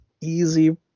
easy